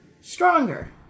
stronger